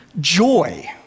Joy